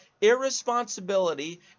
irresponsibility